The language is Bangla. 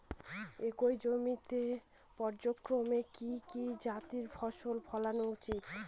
একই জমিতে পর্যায়ক্রমে কি কি জাতীয় ফসল ফলানো উচিৎ?